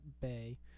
bay